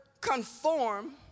conform